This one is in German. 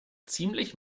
ziemlich